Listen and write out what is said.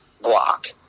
block